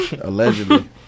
Allegedly